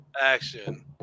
action